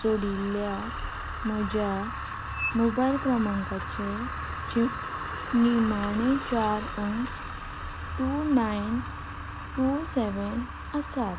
जोडिल्ल्या म्हज्या मोबायल क्रमांकाचे निमाणे चार अंक टू नायन टू सेवेन आसात